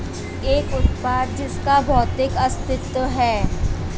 एक उत्पाद जिसका भौतिक अस्तित्व है?